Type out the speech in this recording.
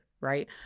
right